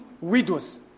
widows